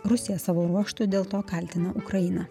rusija savo ruožtu dėl to kaltina ukrainą